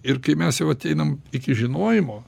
ir kai mes jau ateinam iki žinojimo